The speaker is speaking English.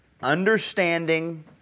understanding